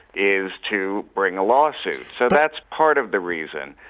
is to bring a lawsuit. so, that's part of the reason.